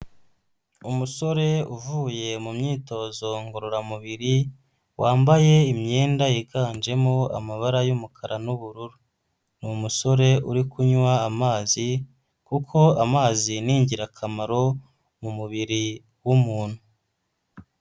Umusore uvuye mumyitozo ngororamubiri, wambaye imyenda yiganjemo amabara y'umukara n'ubururu, ni umusore uri kunywa amazi kuko amazi ni igirakamaro mu mubiri w'umuntu.